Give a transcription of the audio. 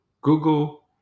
Google